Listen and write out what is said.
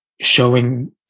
showing